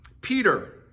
Peter